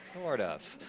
sort of.